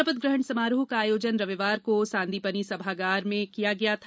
शपथ ग्रहण समारोह का आयोजन रविवार को सांदीपनि सभागार राजमवन में किया गया था